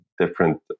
different